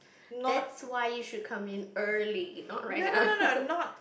that's why you should come in early not right now